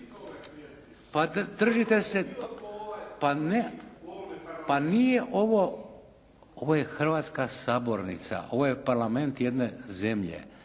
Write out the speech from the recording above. se ne čuje./… Pa nije ovo, ovo je hrvatska sabornica, ovo je parlament jedne zemlje.